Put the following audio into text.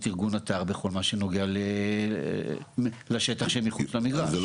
ארגון האתר בכל מה שנוגע לשטח שמחוץ למגרש.